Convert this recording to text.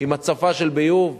עם הצפה של ביוב.